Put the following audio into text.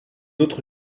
autre